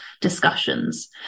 discussions